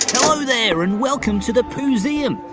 hello there, and welcome to the poo-seum,